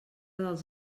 dels